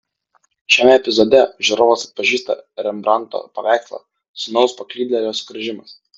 šiame epizode žiūrovas atpažįsta rembrandto paveikslą sūnaus paklydėlio sugrįžimas